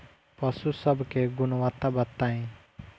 पशु सब के गुणवत्ता बताई?